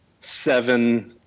seven